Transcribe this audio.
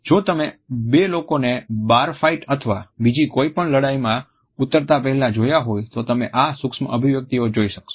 જો તમે બે લોકોને બાર ફાઇટ અથવા બીજી કોઇપણ લડાઈમાં ઉતરતા પહેલા જોયા હોય તો તમે આ સૂક્ષ્મ અભવ્યકિતઓ જોઈ શકશો